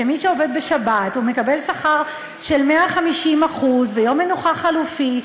שמי שעובד בשבת מקבל שכר של 150% ויום מנוחה חלופי.